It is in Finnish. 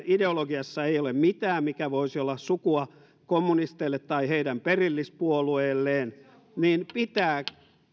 ideologiassa ei ole mitään mikä voisi olla sukua kommunisteille tai heidän perillispuolueelleen pitää